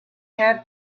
had